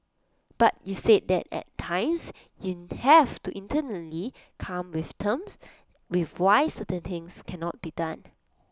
but you said that at times you have to internally come with terms with why certain things cannot be done